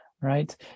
right